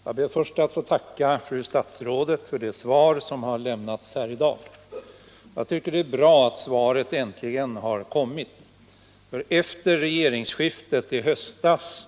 Herr talman! Jag ber först att få tacka fru statsrådet för det svar som har lämnats här i dag. Jag tycker det är bra att svaret äntligen har kommit — efter regeringsskiftet i höstas